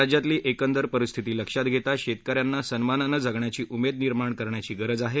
राज्यातील एकंदर परिस्थिती लक्षात घेता शेतकऱ्यांना सन्मानानं जगण्याची उमेद निर्माण करण्याची गरज आहे